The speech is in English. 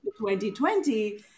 2020